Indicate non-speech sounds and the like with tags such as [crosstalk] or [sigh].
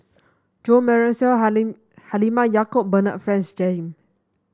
Jo Marion Seow [unintelligible] Halimah Yacob Bernard Francis Jame